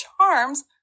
charms